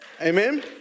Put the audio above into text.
Amen